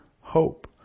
hope